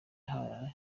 yahawe